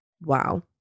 wow